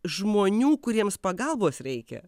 žmonių kuriems pagalbos reikia